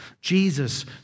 Jesus